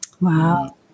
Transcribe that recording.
Wow